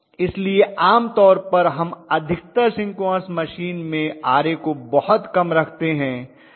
इसलिए आमतौर पर हम अधिकतर सिंक्रोनस मशीन में Ra को बहुत कम रखते हैं